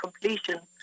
completion